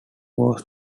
was